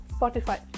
Spotify